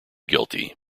guilty